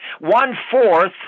One-fourth